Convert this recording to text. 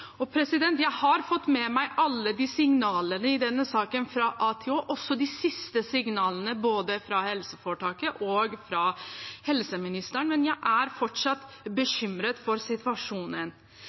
Jeg har fått med meg alle signalene i denne saken, fra a til å, også de siste signalene både fra helseforetaket og fra helseministeren, men jeg er fortsatt bekymret for situasjonen.